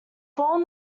form